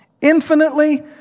Infinitely